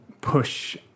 push